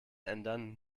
ändern